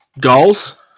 goals